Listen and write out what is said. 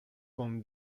con